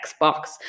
Xbox